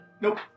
Nope